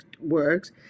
works